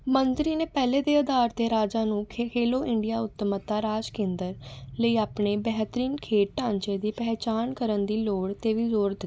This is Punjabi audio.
ਮੰਤਰੀ ਨੇ ਪਹਿਲੇ ਦੇ ਅਧਾਰ ਤੇ ਰਾਜਾਂ ਨੂੰ ਖੇਲੋ ਇੰਡੀਆ ਉੱਤਮਤਾ ਰਾਜ ਕੇਂਦਰ ਲਈ ਆਪਣੇ ਬੇਹਤਰੀਨ ਖੇਡ ਢਾਂਚੇ ਦੀ ਪਹਿਚਾਣ ਕਰਨ ਦੀ ਲੋੜ 'ਤੇ ਵੀ ਜ਼ੋਰ ਦਿੱਤਾ